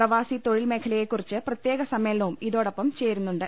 പ്രവാസി തൊഴിൽ മേഖലയെ കുറിച്ച് പ്രത്യേക സമ്മേളനവും ഇതോടൊപ്പം ചേരുന്നുണ്ട്